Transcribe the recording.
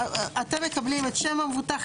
אתם מקבלים את שם המבוטח,